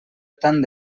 tant